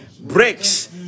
breaks